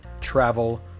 travel